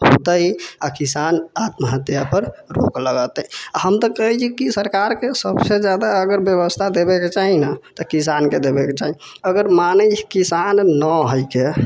होतै आओर किसान आत्महत्यापर रोक लगेतै हम तऽ कहै छी की सरकारके सबसँ जादा अगर व्यवस्था देबैके चाही ने तऽ किसानके देबैके चाही अगर मानि लिअ किसान ने होइके